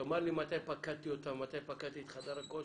תאמר לי מתי פקדתי אותם ומתי פקדתי את חדר הכושר.